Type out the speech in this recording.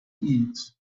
eat